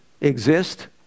exist